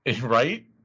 Right